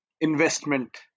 investment